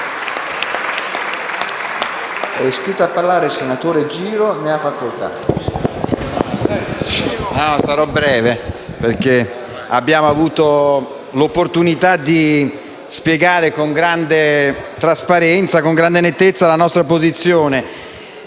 È iscritto a parlare il senatore Giro. Ne ha facoltà.